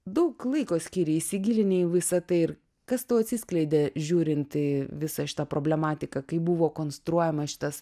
daug laiko skiri įsigilini į visa tai ir kas tau atsiskleidė žiūrint į visą šitą problematiką kai buvo konstruojama šitas